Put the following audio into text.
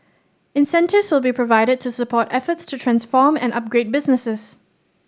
incentives will be provided to support efforts to transform and upgrade businesses